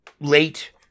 late